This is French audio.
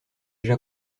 déjà